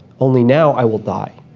only now i will die.